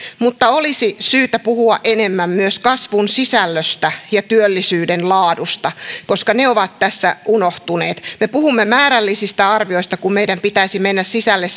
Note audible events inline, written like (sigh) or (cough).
mutta olisi syytä puhua enemmän myös kasvun sisällöstä ja työllisyyden laadusta koska ne ovat tässä unohtuneet me puhumme määrällisistä arvioista kun meidän pitäisi mennä sisälle (unintelligible)